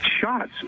shots